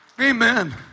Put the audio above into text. Amen